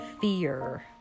Fear